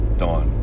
dawn